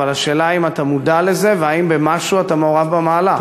אבל השאלה היא האם אתה מודע לזה והאם במשהו אתה מעורב במהלך.